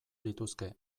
lituzke